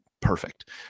perfect